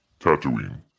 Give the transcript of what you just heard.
Tatooine